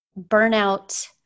burnout